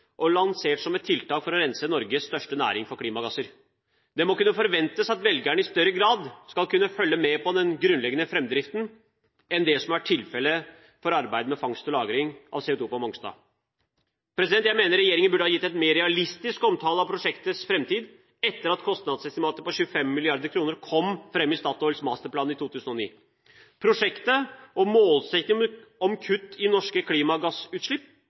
og lansert som et tiltak for å rense Norges største næring for klimagasser. Det må kunne forventes at velgerne i større grad skal kunne følge med på den grunnleggende framdriften enn det som har vært tilfellet for arbeidet med fangst og lagring av CO2 på Mongstad. Jeg mener regjeringen burde ha gitt en mer realistisk omtale av prosjektets framtid etter at kostnadsestimatet på 25 mrd. kr kom fram i Statoils masterplan i 2009. Prosjektet, og målsettingen om kutt i norske klimagassutslipp,